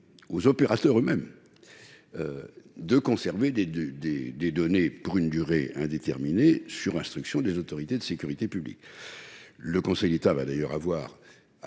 aux opérateurs eux-mêmes de conserver des données pour une durée indéterminée sur instruction des autorités de sécurité publique. Le Conseil d'État aura